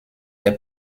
les